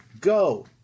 go